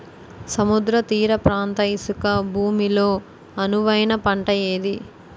సముద్ర తీర ప్రాంత ఇసుక భూమి లో అనువైన పంట ఏది?